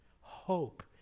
Hope